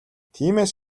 тиймээс